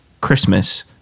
christmas